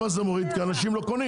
כי אנשים לא קונים